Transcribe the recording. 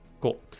Cool